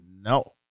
no